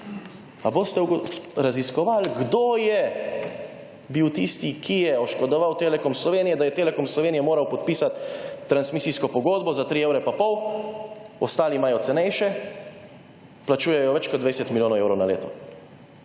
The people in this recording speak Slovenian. Ali boste raziskovali kdo je bil tisti, ki je oškodoval Telekom Slovenije, da je Telekom Slovenije moral podpisati transmisijsko pogodbo za 3 evre in pol, ostali imajo cenejše. Plačujejo več kot 20 milijonov na leto.